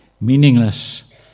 Meaningless